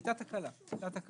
הייתה תקלה.